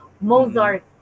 Mozart